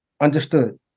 understood